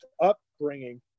upbringing